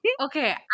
okay